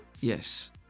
Yes